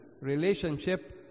relationship